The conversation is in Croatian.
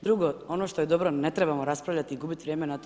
Drugo, ono što je dobro, ne trebamo raspravljati i gubiti vrijeme na to.